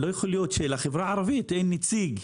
לא יכול להיות שלחברה הערבית אין נציג.